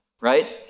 right